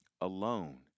alone